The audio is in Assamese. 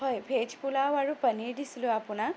হয় ভেজ পোলাও আৰু পনিৰ দিছিলোঁ আপোনাক